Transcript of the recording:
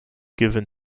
given